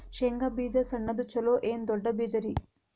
ಶೇಂಗಾ ಬೀಜ ಸಣ್ಣದು ಚಲೋ ಏನ್ ದೊಡ್ಡ ಬೀಜರಿ?